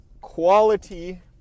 quality